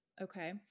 okay